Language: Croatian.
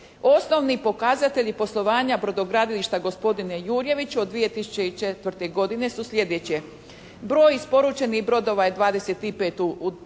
Osnovni pokazatelji poslovanja brodogradilišta gospodine Jurjeviću od 2004. godine su sljedeći: